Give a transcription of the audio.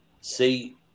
see